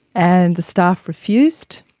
and the staff refused,